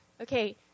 okay